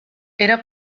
era